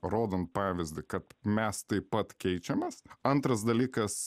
rodant pavyzdį kad mes taip pat keičiamės antras dalykas